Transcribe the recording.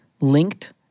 linked